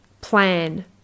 plan